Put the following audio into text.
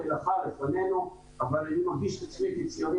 המלאכה לפנינו אבל אני מרגיש את עצמי ציוני